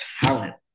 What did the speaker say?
talent